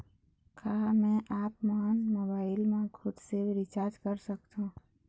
का मैं आपमन मोबाइल मा खुद से रिचार्ज कर सकथों?